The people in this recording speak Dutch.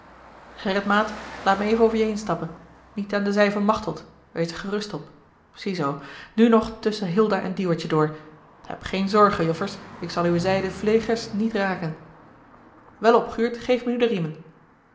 van gerritmaat laat me even over je heen stappen niet aan de zij van machteld wees er gerust op ziezoo nu nog tusschen hilda en dieuwertje door heb geene zorge joffers ik zal uwe zijden vliegers niet raken wel op guurt geef me nu de riemen